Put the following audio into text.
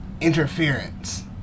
interference